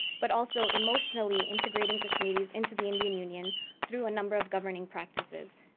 but also emotionally integrating kashmiris into the indian union through a number of governing practices.